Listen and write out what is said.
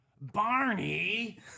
Barney